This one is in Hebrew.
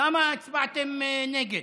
למה הצבעתם נגד?